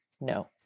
no